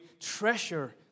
treasure